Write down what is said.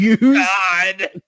God